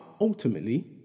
ultimately